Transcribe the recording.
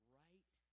right